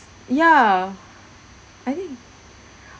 ya I think